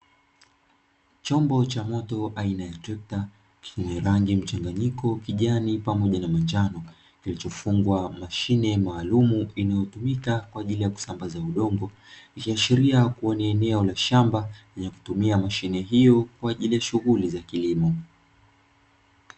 Chombo cha moto aina ya trekta chenye rangi mchanganyiko kijani pamoja na manjano, kilichofungwa mashine maalumu inayotumika kwaajili ya kusambaza udongo, ikiashiria kuwa ni eneo la shamba lenye kutumia mashine hiyo kwa ajili ya shughuli za kilimo.